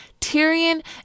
Tyrion